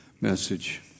message